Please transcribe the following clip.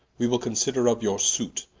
we will consider of your suit,